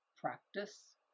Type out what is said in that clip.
Practice